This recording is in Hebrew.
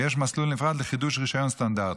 ויש מסלול נפרד לחידוש רישיון סטנדרטי.